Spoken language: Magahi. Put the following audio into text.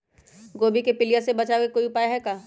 गोभी के पीलिया से बचाव ला कोई उपाय है का?